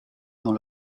dans